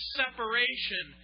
separation